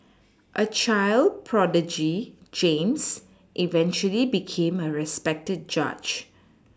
a child prodigy James eventually became a respected judge